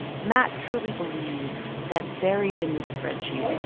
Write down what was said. matt truly believed that, buried in this spreadsheet,